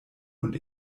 und